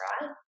right